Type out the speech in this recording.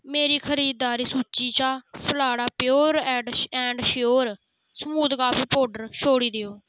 मेरी खरीदारी सूची चा फलाड़ा pure ad and sure smooth coffee powder छोड़ी देओ